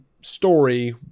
story